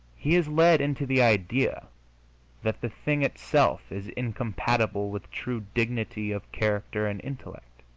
he is led into the idea that the thing itself is incompatible with true dignity of character and intellect.